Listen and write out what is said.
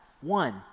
one